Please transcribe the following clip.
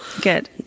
good